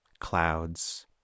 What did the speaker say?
clouds